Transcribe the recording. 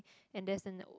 and there's an